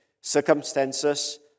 circumstances